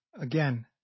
again